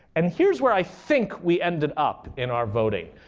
and here's where i think we ended up in our voting.